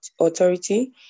authority